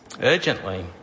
urgently